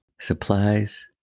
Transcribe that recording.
supplies